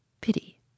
Pity